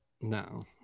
no